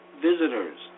visitors